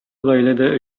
гаиләдә